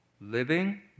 living